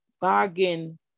bargain